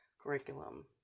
curriculum